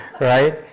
right